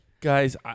Guys